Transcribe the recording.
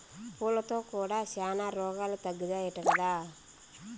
పూలతో కూడా శానా రోగాలు తగ్గుతాయట కదా